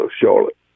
Charlotte